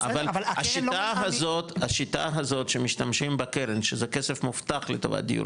השיטה הזאת שמשתמשים בקרן שזה כסף מובטח לטובת דיור